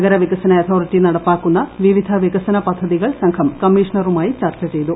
നഗരവികസന അതോറ്റി നടപ്പാക്കുന്ന വിവിധ വികസന പദ്ധതികൾ സംഘം കമ്മീഷണറുമായി ചർച്ച ചെയ്തു